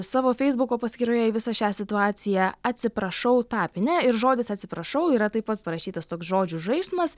savo feisbuko paskyroje į visą šią situaciją atsiprašau tapine ir žodis atsiprašau yra taip pat parašytas toks žodžių žaismas